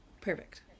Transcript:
Perfect